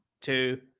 two